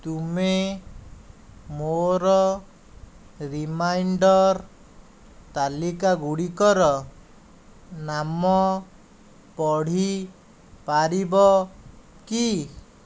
ତମେ ମୋର ରିମାଇଣ୍ଡର୍ ତାଲିକା ଗୁଡ଼ିକର ନାମ ପଢ଼ି ପାରିବ କି